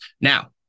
Now